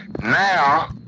now